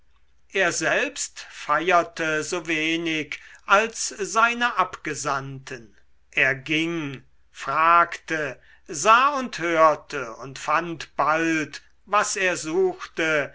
er selbst feierte sowenig als seine abgesandten er ging fragte sah und hörte und fand bald was er suchte